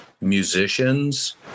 musicians